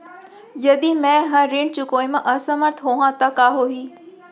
यदि मैं ह ऋण चुकोय म असमर्थ होहा त का होही?